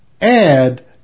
add